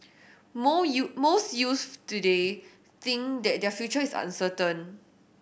moo you most youths today think that their future is uncertain